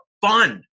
fun